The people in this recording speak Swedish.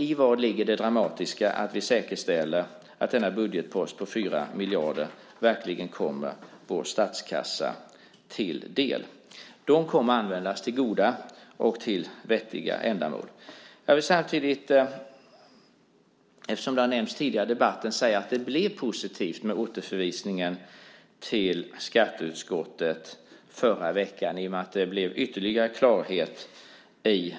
I vad ligger alltså det dramatiska i att vi säkerställer att denna budgetpost på 4 miljarder verkligen kommer vår statskassa till del? Den kommer att användas till goda och vettiga ändamål. Jag vill samtidigt, eftersom detta har nämnts tidigare i debatten, säga att det blev positivt med återförvisningen till skatteutskottet förra veckan i och med att det blev ytterligare klarhet i